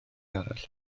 arall